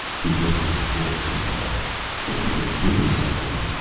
he lifted his voice and called open the door, xecelan!